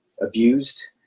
abused